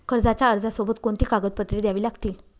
कर्जाच्या अर्जासोबत कोणती कागदपत्रे द्यावी लागतील?